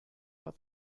but